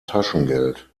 taschengeld